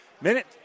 Minute